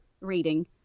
reading